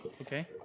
Okay